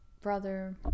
brother